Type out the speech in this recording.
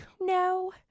No